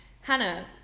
Hannah